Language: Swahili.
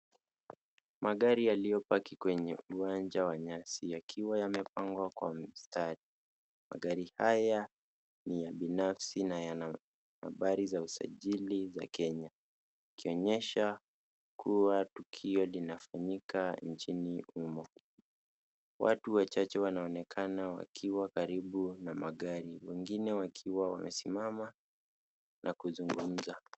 Magari yaliyopaki kwenye uwanja wa nyasi yakiwa yamepangwa kwa mstari. Magari haya ni ya binafsi na yana habari za usajili za Kenya. Ikionyesha kuwa tukio linafanyika nchini humo. Watu wachache wanaonekana wakiwa karibu na magari, wengine wakiwa wamesimama na kuzungumza.